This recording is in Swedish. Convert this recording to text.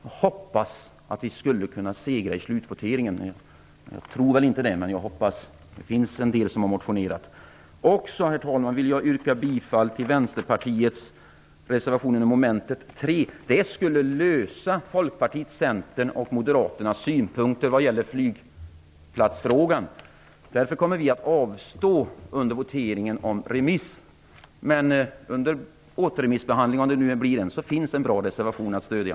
Jag hoppas att vi segrar i slutvoteringen. Jag tror inte det, men jag hoppas. Det är ju en hel del som har motionerat. Jag vill också, herr talman, yrka bifall till Vänsterpartiets reservation under mom. 3. Den tillgodoser Folkpartiets, Centerns och Moderaternas synpunkter vad gäller flygplatsfrågan. Därför kommer vi att avstå från att under voteringen yrka om återremiss. Om det blir en återremiss finns det en bra reservation att stödja.